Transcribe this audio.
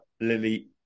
Lily